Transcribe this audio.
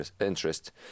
interest